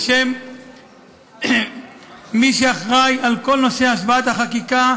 בשם מי שאחראי לכל נושא השוואת החקיקה